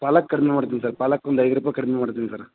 ಪಾಲಕ್ ಕಡ್ಮೆ ಮಾಡ್ತೀನಿ ಸರ್ ಪಾಲಕ್ ಒಂದು ಐದು ರೂಪಾಯಿ ಕಡ್ಮೆ ಮಾಡ್ತೀನಿ ಸರ್